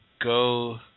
go